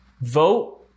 Vote